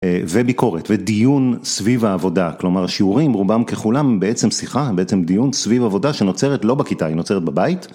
וביקורת ודיון סביב העבודה. כלומר שיעורים רובם ככולם הם בעצם שיחה הם בעצם דיון סביב עבודה שנוצרת לא בכיתה, היא נוצרת בבית.